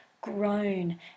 grown